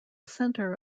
center